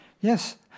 Yes